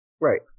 Right